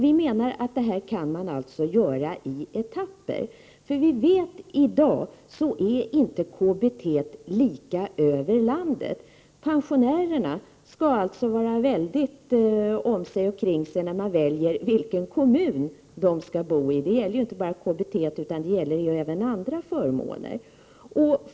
Vi menar att detta kan göras i etapper. Vi vet i dag att KBT inte är lika över hela landet. Pensionärerna skall alltså vara väldigt om sig och kring sig, när de väljer vilken kommun de skall bo i. Det gäller inte bara KBT, utan även andra förmåner.